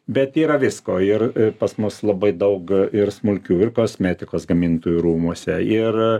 bet yra visko ir pas mus labai daug ir smulkių ir kosmetikos gamintojų rūmuose ir